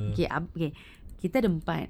okay ah okay kita ada empat